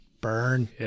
burn